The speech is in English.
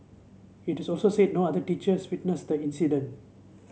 it is also said no other teachers witnessed the incident